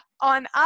on